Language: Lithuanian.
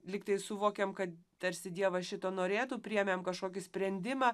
lyg tai suvokiam ka tarsi dievas šito norėtų priėmėm kašokį sprendimą